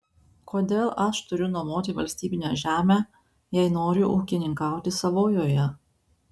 kodėl aš turiu nuomoti valstybinę žemę jei noriu ūkininkauti savojoje